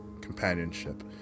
companionship